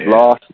lost